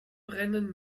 brennen